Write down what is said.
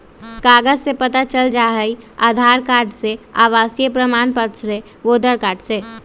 कागज से पता चल जाहई, आधार कार्ड से, आवासीय प्रमाण पत्र से, वोटर कार्ड से?